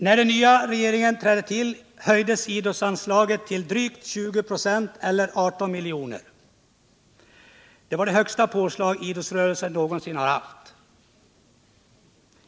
När den nya regeringen trädde till höjdes idrottsanslaget med drygt 20 96 eller med 18 milj.kr. Det var det högsta påslag som idrottsrörelsen någonsin har fått.